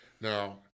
Now